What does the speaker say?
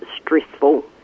stressful